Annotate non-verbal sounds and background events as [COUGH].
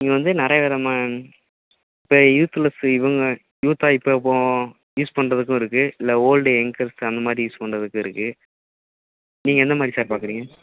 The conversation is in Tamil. இங்கே வந்து நிறையா விதமான இப்போ யூத்துலஸு இவங்க யூத்தாக இப்போ போ யூஸ் பண்றதுக்கும் இருக்கு இல்லை ஓல்டு [UNINTELLIGIBLE] அந்த மாதிரி யூஸ் பண்ணுறதுக்கும் இருக்கு நீங்கள் எந்த மாதிரி சார் பார்க்குறீங்க